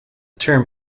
term